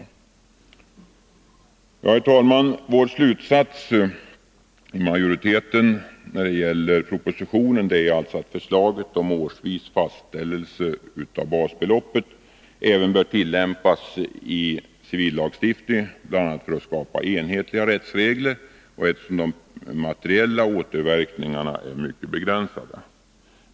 Vår slutsats vad gäller propositionen är alltså att förslaget om årsvis fastställelse av basbeloppet även bör tillämpas i civillagstiftningen, bl.a. för att skapa enhetliga rättsregler och eftersom de materiella återverkningarna är mycket begränsade.